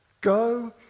Go